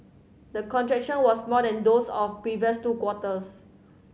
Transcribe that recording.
the contraction was small than those of previous two quarters